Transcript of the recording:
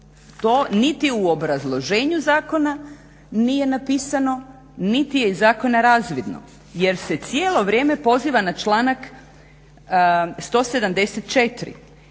To niti u obrazloženju zakona nije napisano niti je iz zakona razvidno jer se cijelo vrijeme poziva na članak 174.